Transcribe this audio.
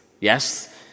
yes